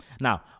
Now